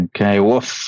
okay